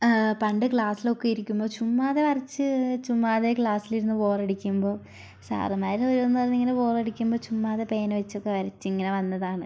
പണ്ട് ക്ലാസ്സിലോക്കെ ഇരിക്കുമ്പോൾ ചുമ്മാതെ വരച്ച് ചുമ്മാതെ ക്ലാസ്സിലിരുന്നു ബോർ അടിക്കുമ്പോ സാറുമ്മാര് വരുംന്ന് പറഞ്ഞു ഇങ്ങനെ ബോർ അടിക്കുമ്പോൾ ചുമ്മാതെ പേനവെച്ച് വരച്ച് ഇങ്ങനെ വന്നതാണ്